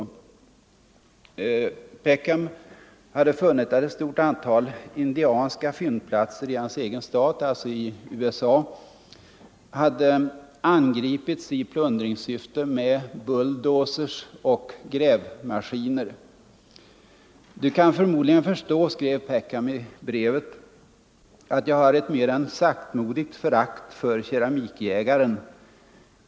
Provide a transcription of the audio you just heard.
Peckham hade funnit att ett stort antal indianska fyndplatser i hans egen stat, i USA, hade angripits i plundringssyfte med bulldozers och grävmaskiner. »Du kan förmodligen förstå», skrev Peckham i brevet, »att jag har ett mer än saktmodigt förakt för keramikjägaren.